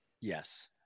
Yes